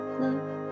love